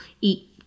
eat